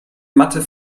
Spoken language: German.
matte